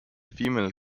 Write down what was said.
female